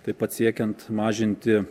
taip pat siekiant mažinti